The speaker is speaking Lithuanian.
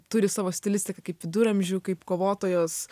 turi savo stilistiką kaip viduramžių kaip kovotojos